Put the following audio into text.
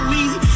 easy